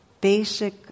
basic